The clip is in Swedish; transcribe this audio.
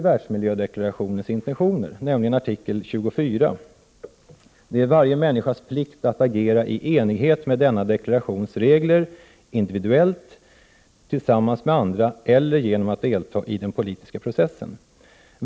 Världsmiljödeklarationen avslutas på följande sätt: ”Det är varje människas plikt att agera i enlighet med denna deklarations regler, individuellt, tillsammans med andra eller genom att delta i den politiska processen.